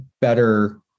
better